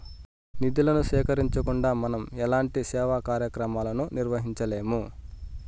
నిధులను సేకరించకుండా మనం ఎలాంటి సేవా కార్యక్రమాలను నిర్వహించలేము